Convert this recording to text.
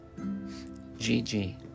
GG